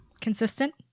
Consistent